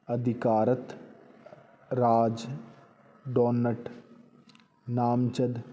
ਅਧਿਕਾਰਤ ਰਾਜ ਡੋਨਟ ਨਾਮਜ਼ਦ